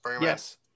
Yes